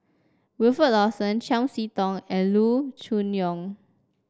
Wilfed Lawson Chiam See Tong and Loo Choon Yong